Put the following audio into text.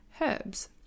herbs